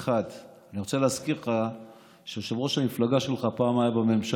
1. אני רוצה להזכיר לך שיושב-ראש המפלגה שלך היה פעם בממשלה,